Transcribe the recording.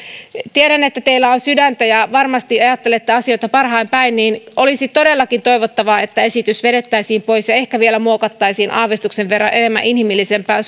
tiedän että teillä on sydäntä ja varmasti ajattelette asioita parhain päin mutta olisi todellakin toivottavaa että esitys vedettäisiin pois ja ehkä vielä muokattaisiin aavistuksen verran enemmän inhimillisempään